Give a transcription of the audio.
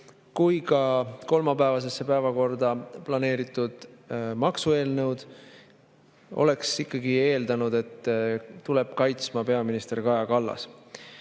kui ka kolmapäevasesse päevakorda planeeritud maksueelnõude puhul oleks ikkagi eeldanud, et neid tuleb kaitsma peaminister Kaja Kallas.